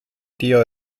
tío